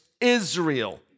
Israel